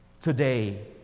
today